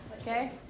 Okay